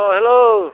hello